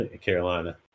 carolina